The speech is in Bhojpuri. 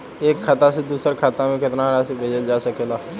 एक खाता से दूसर खाता में केतना राशि भेजल जा सके ला?